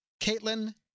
Caitlin